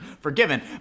forgiven